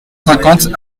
cinquante